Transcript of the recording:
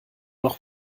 noch